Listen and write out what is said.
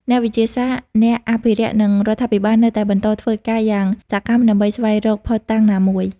អ្នកវិទ្យាសាស្ត្រ អ្នកអភិរក្ស និងរដ្ឋាភិបាលនៅតែបន្តធ្វើការយ៉ាងសកម្មដើម្បីស្វែងរកភស្តុតាងណាមួយ។